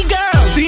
girls